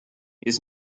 his